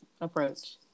approach